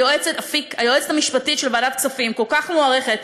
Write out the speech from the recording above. היועצת המשפטית של ועדת הכספים הכל-כך מוערכת,